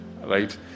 right